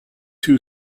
two